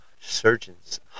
surgeons